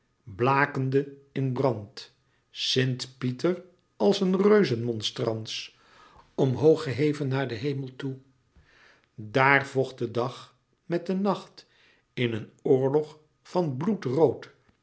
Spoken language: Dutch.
blakende in brand sint pieter als een reuzenmonstrans omhoog geheven naar den hemel toe daar vocht de dag met den nacht in een oorlog van